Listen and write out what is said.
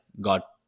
got